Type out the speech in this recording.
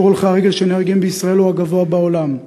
שיעור הולכי הרגל שנהרגים בישראל הוא הגבוה בעולם.